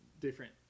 different